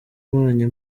nkoranya